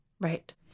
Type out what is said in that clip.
Right